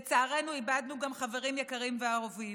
לצערנו, איבדנו גם חברים יקרים ואהובים,